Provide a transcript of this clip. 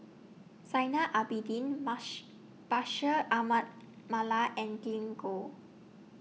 Zainal Abidin mash Bashir Ahmad Mallal and Glen Goei